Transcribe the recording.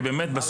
כי באמת,